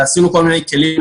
ועשינו כל מיני כלים,